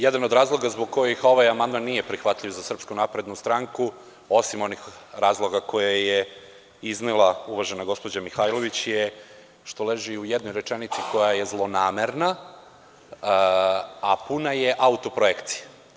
Jedan od razloga zbog kojih ovaj amandman nije prihvatljiv za SNS, osim onih razloga koje je iznela uvažena gospođa Mihajlović, je što leži u jednoj rečenici koja je zlonamerna, a puna je autoprojekcije.